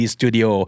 Studio